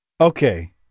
Okay